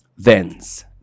Vens